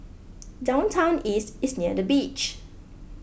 Downtown East is near the beach